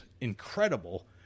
incredible